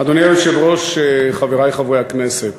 אדוני היושב-ראש, חברי חברי הכנסת,